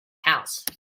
house